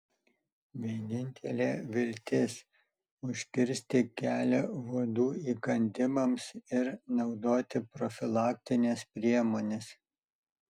vienintelė viltis užkirsti kelią uodų įkandimams ir naudoti profilaktines priemones